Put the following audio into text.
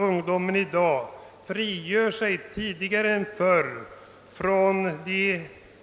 Ungdomen frigör sig i dag tidigare än förr från